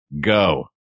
Go